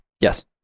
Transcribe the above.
Yes